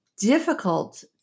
difficult